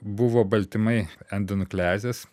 buvo baltymai endonukleazės